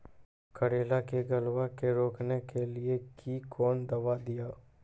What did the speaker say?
करेला के गलवा के रोकने के लिए ली कौन दवा दिया?